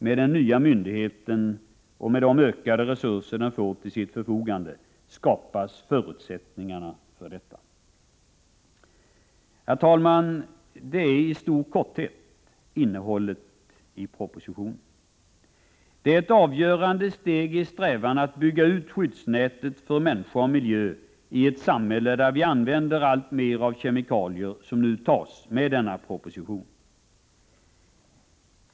Med den nya myndigheten, och med de ökade resurser den får till sitt förfogande, skapas förutsättningarna för detta. Herr talman! Detta är i stor korthet innehållet i propositionen. Det är ett avgörande steg i strävan att bygga ut skyddsnätet för människor och miljö i ett samhälle, där vi använder alltmer av kemikalier, som nu tas med denna proposition.